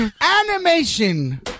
animation